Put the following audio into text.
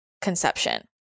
conception